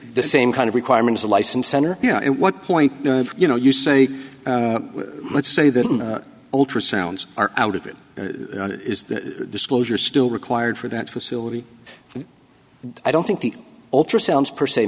the same kind of requirements a license center yeah and what point you know you say let's say that ultrasounds are out of it is that disclosure still required for that facility and i don't think the ultrasounds per se